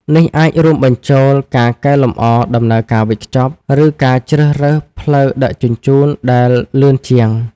នេះអាចរួមបញ្ចូលការកែលម្អដំណើរការវេចខ្ចប់ ឬការជ្រើសរើសផ្លូវដឹកជញ្ជូនដែលលឿនជាង។